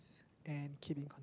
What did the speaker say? and keep in con~